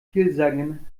vielsagenden